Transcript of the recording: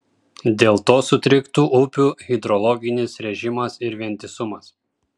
dėl to sutriktų upių hidrologinis režimas ir vientisumas